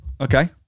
Okay